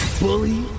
Bully